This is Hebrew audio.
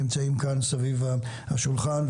שנמצאים כאן סביב השולחן,